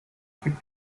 fit